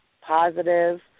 positive